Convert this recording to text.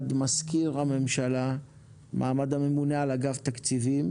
בנוכחות מזכיר הממשלה ובנוכחות הממונה על אגף התקציבים